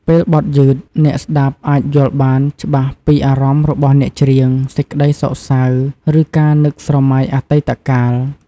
ពេលបទយឺត អ្នកស្តាប់អាចយល់បានច្បាស់ពីអារម្មណ៍របស់អ្នកច្រៀង សេចក្ដីសោកសៅ ឬការនឹកស្រមៃអតីតកាល។